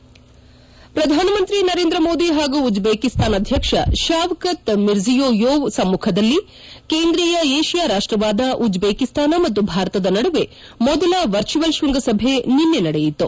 head head ಪ್ರಧಾನಮಂತ್ರಿ ನರೇಂದ್ರ ಮೋದಿ ಹಾಗೂ Uzbekistan ಅಧ್ಯಕ್ಷ ಶಾವ್ ಕತ್ ಮಿರ್ಜಿಯೋ ಯೋವ್ ಸಮ್ಮುಖದಲ್ಲಿ ಕೇಂದ್ರೀಯ ಏಷ್ವಾ ರಾಷ್ವವಾದ ಉಜ್ಜೇಕಿಸ್ತಾನ ಮತ್ತು ಭಾರತದ ನಡುವೆ ಮೊದಲ ವರ್ಚುವಲ್ ಕೃಂಗ ಸಭೆ ನಿನ್ನೆ ನಡೆಯಿತು